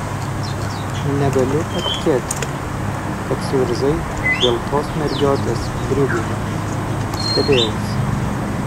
negaliu patikėti kad suirzai dėl tos mergiotės briugėje stebėjausi